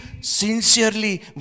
sincerely